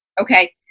Okay